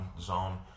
zone